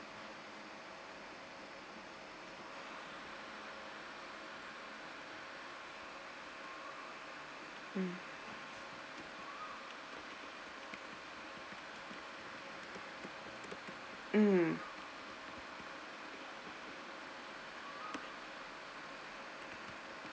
mm